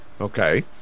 Okay